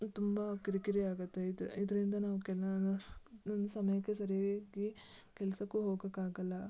ತುಂಬ ಕಿರಿ ಕಿರಿ ಆಗುತ್ತೆ ಇದು ಇದರಿಂದ ನಾವು ನನ್ನ ಸಮಯಕ್ಕೆ ಸರಿಯಾಗಿ ಕೆಲಸಕ್ಕೂ ಹೋಗೊಕ್ಕಾಗೋಲ್ಲ